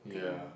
ya